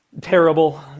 terrible